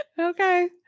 Okay